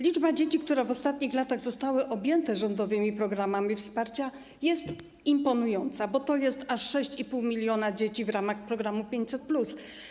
Liczba dzieci, które w ostatnich latach zostały objęte rządowymi programami wsparcia, jest imponująca, bo to jest aż 6,5 mln dzieci w ramach programu 500+.